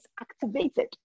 activated